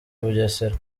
bugesera